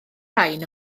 rhain